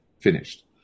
Finished